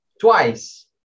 twice